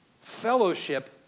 fellowship